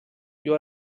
you